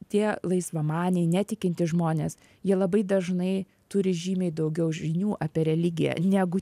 tie laisvamaniai netikintys žmonės jie labai dažnai turi žymiai daugiau žinių apie religiją negu